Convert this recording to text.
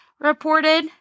reported